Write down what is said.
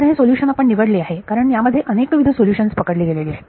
तर हे सोल्युशन आपण निवडले आहे कारण यामध्ये अनेकविध सोलुशन्स पकडली गेलेली आहेत